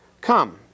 Come